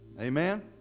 Amen